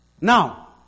Now